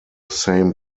same